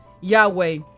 Yahweh